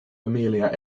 amelia